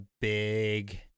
big